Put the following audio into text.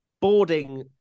boarding